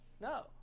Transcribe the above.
No